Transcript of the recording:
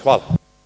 Hvala.